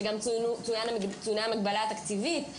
שצוינה המגבלה התקציבית,